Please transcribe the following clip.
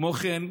כמו כן,